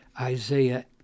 Isaiah